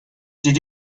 did